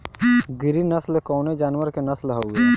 गिरी नश्ल कवने जानवर के नस्ल हयुवे?